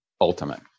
ultimate